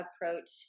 approach